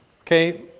Okay